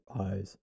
eyes